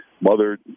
mother